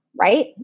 right